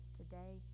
today